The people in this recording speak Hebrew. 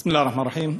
בסם אללה א-רחמאן א-רחים.